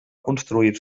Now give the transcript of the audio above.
construir